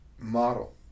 model